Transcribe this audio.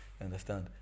understand